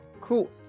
Cool